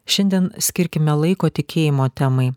šiandien skirkime laiko tikėjimo temai